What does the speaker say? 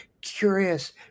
curious